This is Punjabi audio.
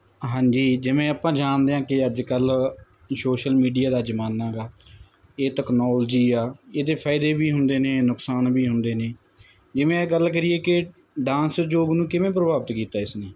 ਹਾਂਜੀ ਜਿਵੇਂ ਆਪਾਂ ਜਾਣਦੇ ਹਾਂ ਕਿ ਅੱਜ ਕੱਲ੍ਹ ਸੋਸ਼ਲ ਮੀਡੀਆ ਦਾ ਜ਼ਮਾਨਾ ਗਾ ਇਹ ਟੈਕਨੋਲਜੀ ਆ ਇਹਦੇ ਫਾਇਦੇ ਵੀ ਹੁੰਦੇ ਨੇ ਨੁਕਸਾਨ ਵੀ ਹੁੰਦੇ ਨੇ ਜਿਵੇਂ ਇਹ ਗੱਲ ਕਰੀਏ ਕਿ ਡਾਂਸ ਯੋਗ ਨੂੰ ਕਿਵੇਂ ਪ੍ਰਭਾਵਿਤ ਕੀਤਾ ਇਸਨੇ